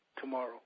tomorrow